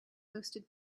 hosted